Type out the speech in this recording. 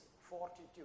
fortitude